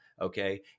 okay